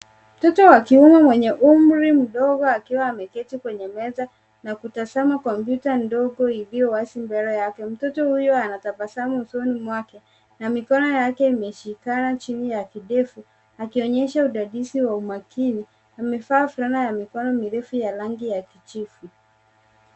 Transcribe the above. Mtoto wa kiume mwenye umri mdogo akiwa ameketi kwenye meza na kutazama kompyuta ndogo iliyo wazi mbele yake. Mtoto huyo anatabasamu usoni mwake na mikono yake imeshikana chini ya kidevu akionyesha udadisi wa umakini .Amevaa fulana ya mikono mirefu ya rangi ya kijivu.